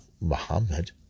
Muhammad